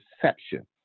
perception